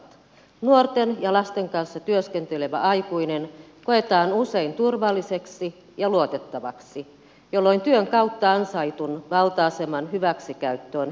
nuorten ja lasten kanssa työskentelevä aikuinen koetaan usein turvalliseksi ja luotettavaksi jolloin työn kautta ansaitun valta aseman hyväksikäyttö on helppoa